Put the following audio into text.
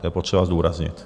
To je potřeba zdůraznit.